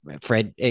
Fred